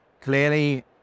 clearly